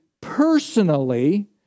personally